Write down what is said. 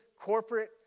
corporate